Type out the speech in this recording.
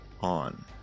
on